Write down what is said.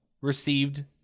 received